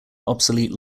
obsolete